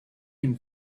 him